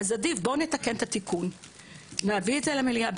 עדיף שנתקן את התיקון ונביא את זה למליאה.